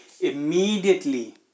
immediately